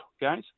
guys